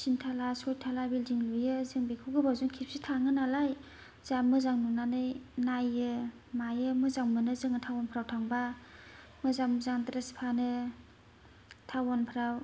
टिन टाला सय टाला लुयो जों बेखौ गोबावजों खेबसे थाङो नालाय जोंहा मोजां नुनानै नायो मायो जोङो मोजां मोनो जोङो टाउन सहरफोराव थांब्ला मोजां मोजां द्रेस फानो टाउनफ्राव